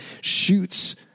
shoots